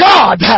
God